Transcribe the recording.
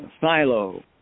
SILO